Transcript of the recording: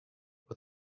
with